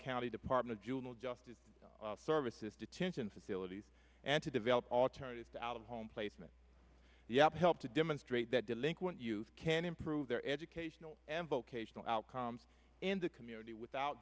county department of juvenile justice services detention facilities and to develop alternatives to out of home placement the app help to demonstrate that delinquent youth can improve their educational and vocational outcomes in the community without